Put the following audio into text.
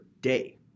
day